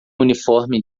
uniforme